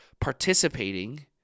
participating